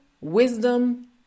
wisdom